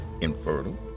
infertile